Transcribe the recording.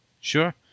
sure